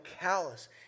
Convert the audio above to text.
callous